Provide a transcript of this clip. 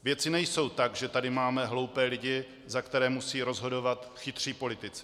Věci nejsou tak, že tady máme hloupé lidi, za které musí rozhodovat chytří politici.